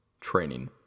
Training